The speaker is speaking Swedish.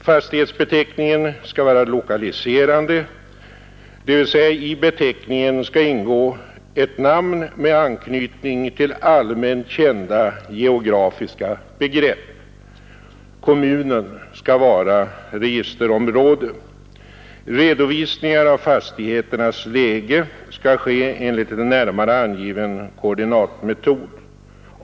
Fastighetsbeteckningen skall vara lokaliserande, dvs. i beteckningen skall ingå ett namn med anknytning till allmänt kända geografiska begrepp. Kommunen skall vara registerområde. Redovisningar av fastigheternas läge skall ske enligt en närmare angiven koordinatmetod.